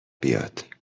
بیاد